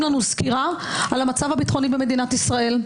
לנו סקירה על המצב הביטחוני במדינת ישראל.